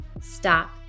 stop